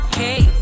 hey